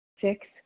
Six